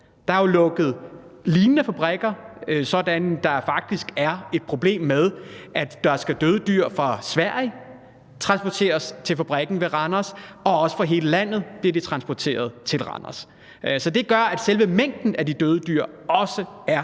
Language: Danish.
Der er lukket lignende fabrikker, sådan at der faktisk er et problem, fordi døde dyr fra Sverige skal transporteres til fabrikken ved Randers, og også fra hele landet bliver de transporteret til Randers, og det gør, at selve mængden af de døde dyr er